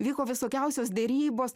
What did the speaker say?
vyko visokiausios derybos